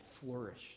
flourish